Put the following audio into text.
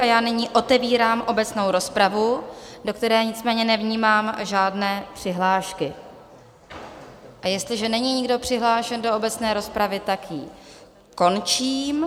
A já nyní otevírám obecnou rozpravu, do které nicméně nevnímám žádné přihlášky, a jestliže není nikdo přihlášen do obecné rozpravy, tak ji končím.